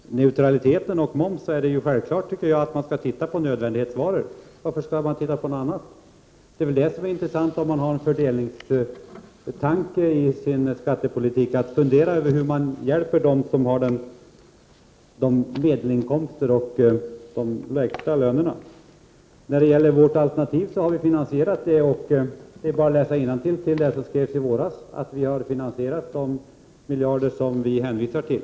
Herr talman! När det gäller neutraliteten och momsen tycker jag att det är självklart att man skall se på nödvändighetsvaror. Varför skall man se på något annat? Vad som är intressant, om man har en fördelningstanke i sin skattepolitik, är väl att fundera över hur man hjälper dem som har medelinkomster och dem som har de lägsta lönerna. Vårt alternativ har vi finansierat. Det är bara att läsa innantill — till det som skrevs i våras — nämligen att vi har finansierat de miljarder som vi har hänvisat till.